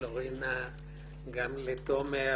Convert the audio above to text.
גם לפלורינה וגם לתומר,